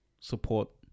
support